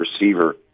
receiver